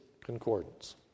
concordance